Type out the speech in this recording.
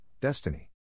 Destiny